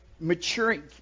Maturing